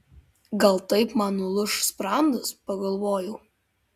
gal taip man nulūš sprandas pagalvojau